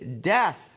death